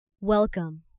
Welcome